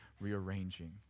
rearranging